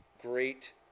great